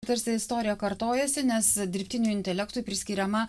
tarsi istorija kartojasi nes dirbtiniui intelektui priskiriama